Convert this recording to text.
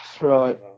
right